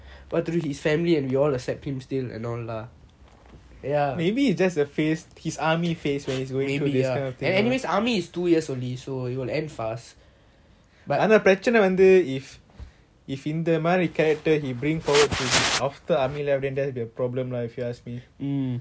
maybe it's just a phase his army phase when he is going through this kind of thing lah ஆனா ப்ரெசன் வந்து இந்த மாறி:aana prechan vanthu intha maari character he bring forward after army then that will be a problem lah if you ask me